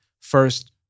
first